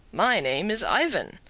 my name is ivan.